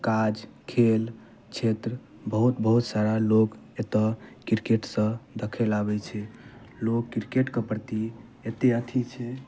काज खेल छेत्र बहुत बहुत सारा लोग एतऽ क्रिकेट सब देखय लऽ आबैत छै लोग क्रिकेटके प्रति एतेक अथी छै